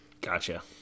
Gotcha